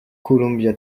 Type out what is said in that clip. columbia